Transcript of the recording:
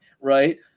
Right